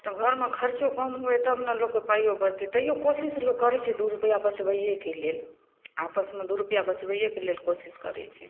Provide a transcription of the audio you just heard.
तऽ घरमे खरचो कम होइ तब ने लोकके पाइओ बचतै तैओ कोशिश लोक करै छै दुइ रुपैआ बचबैएके लेल आपसमे दुइ रुपैआ बचबैएके लेल कोशिश करै छै